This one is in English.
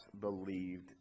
believed